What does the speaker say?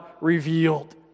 revealed